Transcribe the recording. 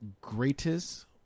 greatest